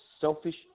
selfish